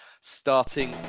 starting